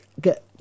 get